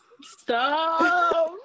Stop